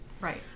Right